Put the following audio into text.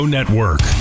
Network